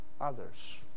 others